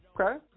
okay